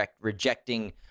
rejecting